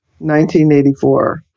1984